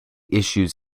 issues